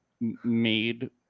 made